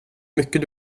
mycket